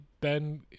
Ben